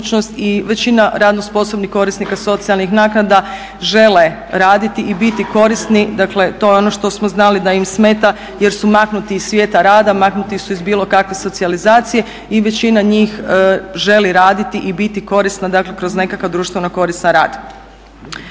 i većina radno sposobnih korisnika socijalnih naknada žele raditi i biti korisni. Dakle, to je ono što smo znali da im smeta jer su maknuti iz svijeta rada, maknuti su iz bilo kakve socijalizacije i većina njih želi raditi i biti korisno, dakle kroz nekakav društveno koristan rad.